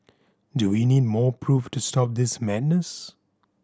do we need more proof to stop this madness